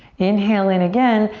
inhale in again.